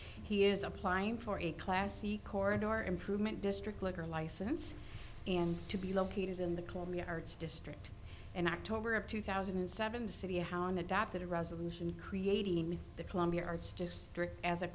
he is applying for a class c chord or improvement district liquor license and to be located in the columbia arts district in october of two thousand and seven city how an adopted a resolution creating the columbia arts district as a